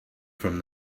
from